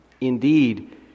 Indeed